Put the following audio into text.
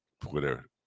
twitter